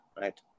right